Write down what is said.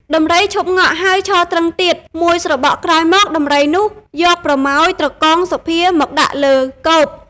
ដំរីឈប់ង៉ក់ហើយឈរទ្រឹងទៀត មួយស្របក់ក្រោយមក ដំរីនោះយកប្រមោយត្រកងសុភាមកដាក់លើកូប ។